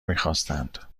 میخواستند